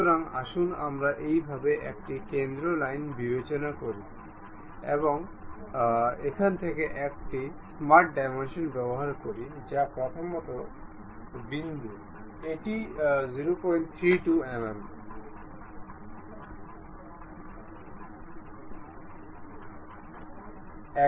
সুতরাং আসুন আমরা এইভাবে একটি কেন্দ্র লাইন বিবেচনা করি এবং এখান থেকে একটি স্মার্ট ডাইমেনশন ব্যবহার করি যে প্রথম বিন্দু এটি 032 mm